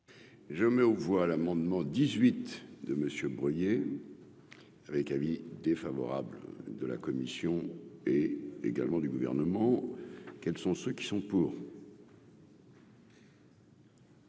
Je mets aux voix l'amendement dix-huit de Monsieur, avec avis défavorable de la commission également du gouvernement, quels sont ceux qui sont pour.